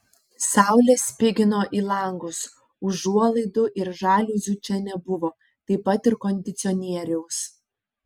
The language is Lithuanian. saulė spigino į langus užuolaidų ir žaliuzių čia nebuvo taip pat ir kondicionieriaus